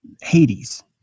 Hades